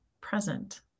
present